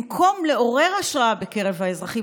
במקום לעורר השראה בקרב האזרחים,